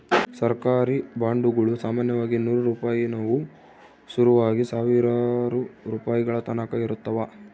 ಸರ್ಕಾರಿ ಬಾಂಡುಗುಳು ಸಾಮಾನ್ಯವಾಗಿ ನೂರು ರೂಪಾಯಿನುವು ಶುರುವಾಗಿ ಸಾವಿರಾರು ರೂಪಾಯಿಗಳತಕನ ಇರುತ್ತವ